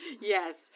Yes